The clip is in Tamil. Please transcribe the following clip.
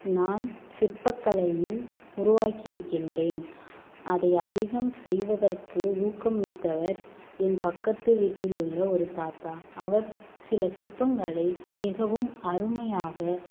நான் சிற்பக் கலையில் உருவாக்கி இருக்கின்றேன் அதை அதிகம் செய்வதற்கு ஊக்குமித்தவர் என் பக்கத்து வீட்டில் உள்ள ஒரு தாத்தா அவர் சில சிற்பங்களை மிகவும் அருமையாக